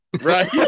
Right